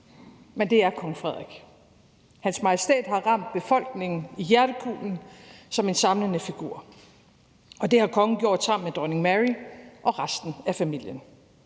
men det er kong Frederik. Hans Majestæt har ramt befolkningen i hjertekulen som en samlende figur, og det har kongen gjort sammen med dronning Mary og resten af familien.